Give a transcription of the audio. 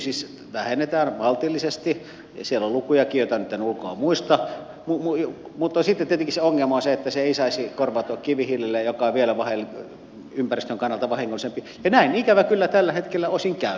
siis sitä vähennetään maltillisesti siellä on lukujakin joita nyt en ulkoa muista mutta sitten tietenkin se ongelma on se että se ei saisi korvautua kivihiilellä joka on ympäristön kannalta vielä vahingollisempi ja näin ikävä kyllä tällä hetkellä osin käy